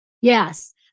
Yes